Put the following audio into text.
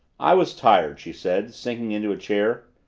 i was tired, she said, sinking into a chair.